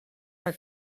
que